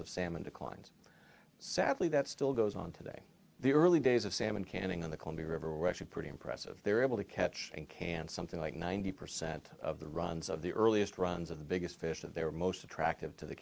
of salmon declines sadly that still goes on today the early days of salmon canning on the columbia river were actually pretty impressive they were able to catch and can something like ninety percent of the runs of the earliest runs of the biggest fish that they were most attractive to the